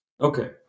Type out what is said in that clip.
Okay